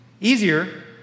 Easier